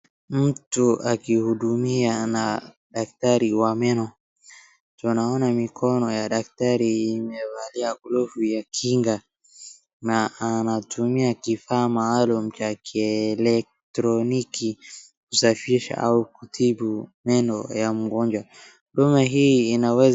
Mtu akihudumia na daktari wa meno. Tunaona mikono ya daktari imevalia glovu ya kinga na anatumia kifaa maalum cha kielekroniki kusafisha au kutibu meno ya mgonjwa. Huduma hii inawezaa.